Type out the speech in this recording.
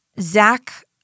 Zach